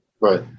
Right